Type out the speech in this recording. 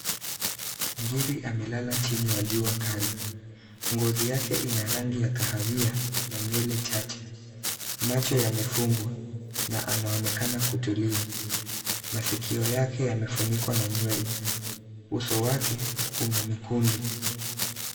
Ngiri amelala chini ya jua kali. Ngozi yake ina rangi ya kahawia na nywele chache. Macho yamefungwa na naonekana kutumia. Maskio yake yamefunikwa na nywele. Uso wake una mikunjo.